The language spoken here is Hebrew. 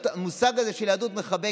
המושג הזה של יהדות מחבקת,